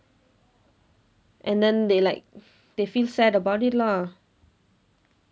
and then they like they feel sad about it lah